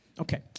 Okay